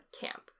camp